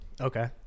Okay